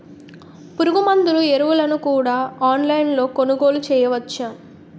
పురుగుమందులు ఎరువులను కూడా ఆన్లైన్ లొ కొనుగోలు చేయవచ్చా?